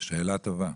שאלה טובה.